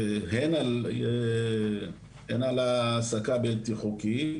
הן על העסקה בלתי חוקית,